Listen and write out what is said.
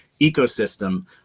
ecosystem